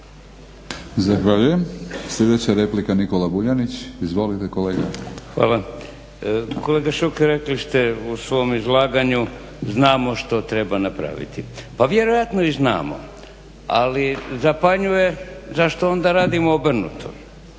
**Vuljanić, Nikola (Hrvatski laburisti - Stranka rada)** Hvala. Kolega Šuker rekli ste u svom izlaganju, znamo što treba napraviti. Pa vjerojatno i znamo ali zapanjuje zašto onda radimo obrnuto.